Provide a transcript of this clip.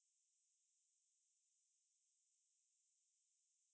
started the shop because he was like living in migrated